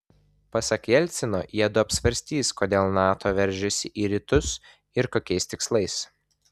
pasak jelcino jiedu apsvarstys kodėl nato veržiasi į rytus ir kokiais tikslais